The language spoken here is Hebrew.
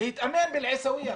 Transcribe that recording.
להתאמן בעיסאוויה.